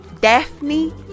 Daphne